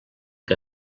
que